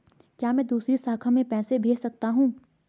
क्या मैं दूसरी शाखा में पैसे भेज सकता हूँ?